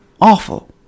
awful